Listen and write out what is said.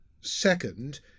Second